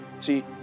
see